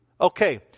Okay